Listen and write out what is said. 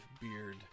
beard